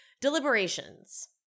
Deliberations